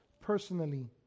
personally